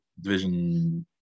division